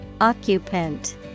Occupant